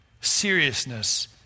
seriousness